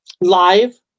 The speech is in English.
live